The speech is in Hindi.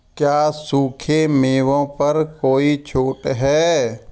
क्या सूखे मेवों पर कोई छूट है